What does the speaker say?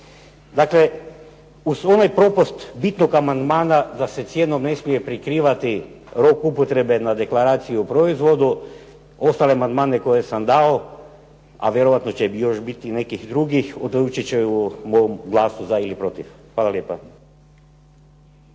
Dakle, uz ovaj propust bitnog amandmana da se cijenom ne smije prikrivati rok upotrebe na deklaraciji o proizvodu, ostale amandmane koje sam dao, a vjerojatno će biti još nekih drugih odlučiti će o mom glasu za ili protiv. Hvala lijepo.